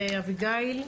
אביגיל.